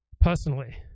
personally